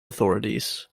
authorities